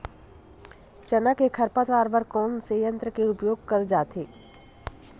चना के खरपतवार बर कोन से यंत्र के उपयोग करे जाथे?